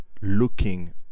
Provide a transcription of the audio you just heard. looking